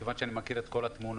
מכיוון שאני מכיר את כל התמונה,